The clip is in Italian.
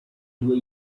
due